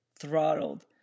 throttled